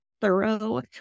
thorough